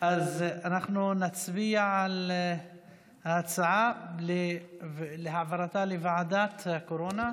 אז אנחנו נצביע על העברת ההצעה לוועדת הקורונה.